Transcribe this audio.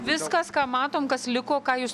viskas ką matom kas liko ką jūs